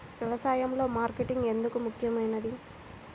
వ్యసాయంలో మార్కెటింగ్ ఎందుకు ముఖ్యమైనది?